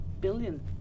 billion